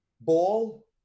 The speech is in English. ball